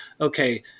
okay